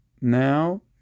now